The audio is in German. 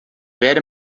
werde